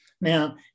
Now